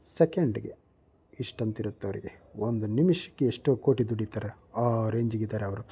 ಸೆಕೆಂಡಿಗೆ ಇಷ್ಟಂತಿರುತ್ತವರಿಗೆ ಒಂದು ನಿಮಿಷಕ್ಕೆ ಎಷ್ಟೋ ಕೋಟಿ ದುಡಿತಾರೆ ಆ ರೇಂಜಿಗಿದ್ದಾರೆ ಅವರು